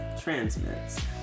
transmits